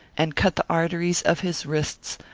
and cut the arteries of his wrists.